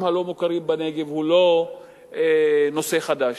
הלא-מוכרים בנגב הוא לא נושא חדש.